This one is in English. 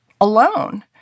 alone